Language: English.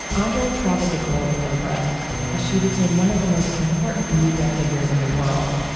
andre traveled the globe with oprah as she became one of the most important media figures in the world.